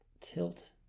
tilt